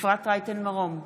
אפרת רייטן מרום,